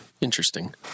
Interesting